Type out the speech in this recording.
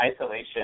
isolation